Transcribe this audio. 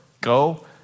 go